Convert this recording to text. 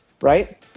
right